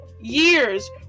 years